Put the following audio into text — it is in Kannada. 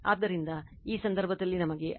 ಆದ್ದರಿಂದ ಈ ಸಂದರ್ಭದಲ್ಲಿ ನಮಗೆ Ia IAB ICA ತಿಳಿದಿದೆ